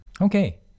Okay